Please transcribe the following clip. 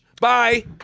Bye